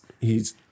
He's-